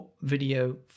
video